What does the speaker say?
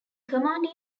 command